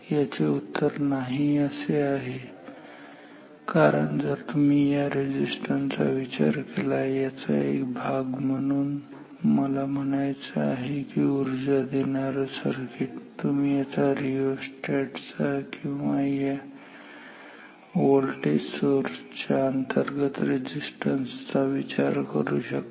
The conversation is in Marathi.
याचे उत्तर नाही असे आहे कारण जर तुम्ही या रेझिस्टन्स चा विचार केला याचा एक भाग म्हणून मला म्हणायचं आहे की ऊर्जा देणारं सर्किट तुम्ही याचा रिओर्स्टॅट चा किंवा या व्होल्टेज सोर्स च्या अंतर्गत रेझिस्टन्स चा विचार करू शकता